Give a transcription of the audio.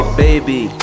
baby